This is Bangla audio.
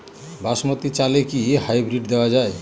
বাসমতী চালে কি হাইব্রিড দেওয়া য়ায়?